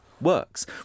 works